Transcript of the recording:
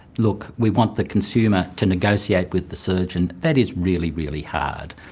look, we want the consumer to negotiate with the surgeon, that is really, really hard.